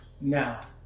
Now